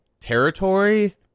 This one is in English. territory